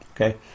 Okay